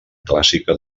clàssica